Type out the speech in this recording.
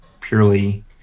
purely